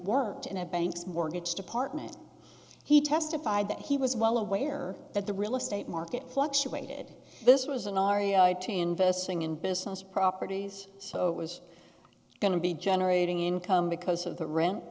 worked in the banks mortgage department he testified that he was well aware that the real estate market fluctuated this was an aria to investing in business properties so it was going to be generating income because of the r